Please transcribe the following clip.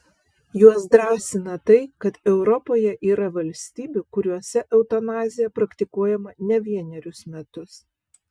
juos drąsina tai kad europoje yra valstybių kuriose eutanazija praktikuojama ne vienerius metus